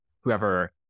whoever